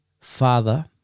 father